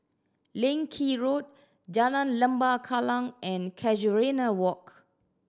Leng Kee Road Jalan Lembah Kallang and Casuarina Walk